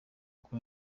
kuri